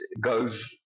goes